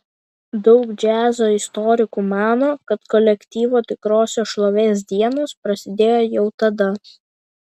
daug džiazo istorikų mano kad kolektyvo tikrosios šlovės dienos prasidėjo jau tada